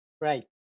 right